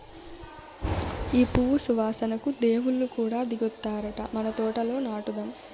ఈ పువ్వు సువాసనకు దేవుళ్ళు కూడా దిగొత్తారట మన తోటల నాటుదాం